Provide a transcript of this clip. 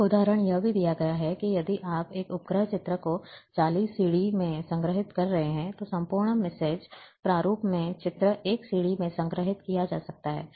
एक उदाहरण यह भी दिया गया है कि यदि आप एक उपग्रह चित्र या 40 सीडी में संग्रहित कर रहे हैं तो संपूर्ण मिसेज प्रारूप में चित्र 1 सीडी में संग्रहीत किए जा सकते हैं